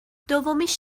دومیش